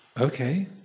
Okay